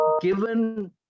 given